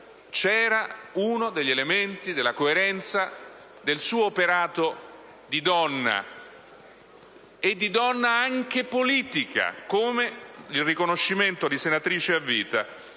c'era uno degli elementi della coerenza del suo operato di donna, e di donna anche politica, come il riconoscimento della carica di